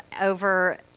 over